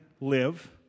live